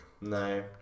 No